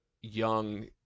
young